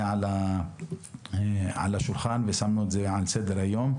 על השולחן ושמנו אותם על סדר היום,